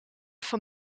van